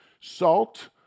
salt